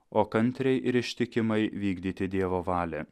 o kantriai ir ištikimai vykdyti dievo valią